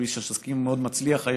שהוא איש עסקים מאוד מצליח היום,